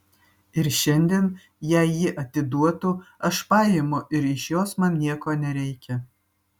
ir šiandien jei ji atiduotų aš paimu ir iš jos man nieko nereikia